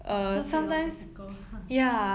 !wah! so philosophical